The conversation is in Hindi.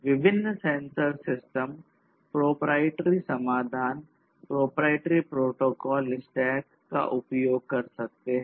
विभिन्न सेंसर सिस्टम प्रोपराइटरी का उपयोग कर सकता है